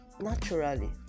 naturally